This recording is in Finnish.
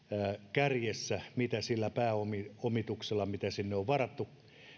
kärjessä ja sillä pääomituksella mitä sinne on varattu